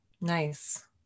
Nice